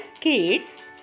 kids